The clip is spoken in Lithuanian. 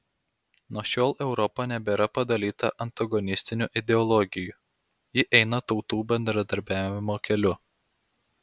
nuo šiol europa nebėra padalyta antagonistinių ideologijų ji eina tautų bendradarbiavimo keliu